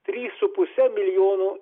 trys su puse milijono